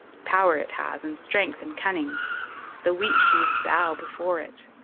power it has and strength and cunning the wheat sheaves bow before it.